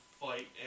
fight